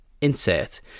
Insert